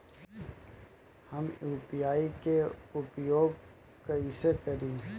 हम यू.पी.आई के उपयोग कइसे करी?